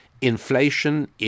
Inflation